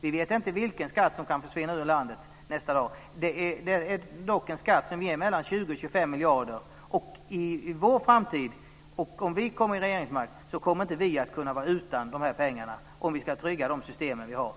Vi vet inte vilka skatter som kan försvinna ur landet nästa dag. Det är dock en skatt som ger 20-25 miljarder kronor. Om vi i framtiden får regeringsmakt kommer vi inte att kunna vara utan dessa pengar om vi ska trygga de system som finns.